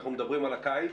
אנחנו מדברים על הקיץ.